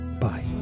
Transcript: Bye